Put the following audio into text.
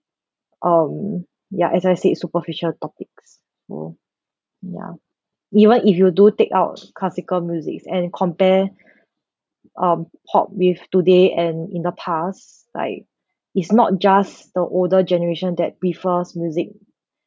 um ya as I said it's superficial topics you know ya even if you do take out classical music and compare um pop with today and in the past like it's not just the older generation that prefers music